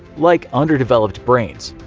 like underdeveloped brains.